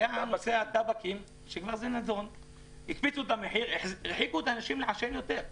בנושא הטבק הקפיצו את המחיר וגרמו לאנשים לעשן יותר.